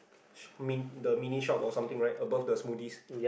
sh~ min~ the mini shop or something right above the smoothies